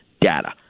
data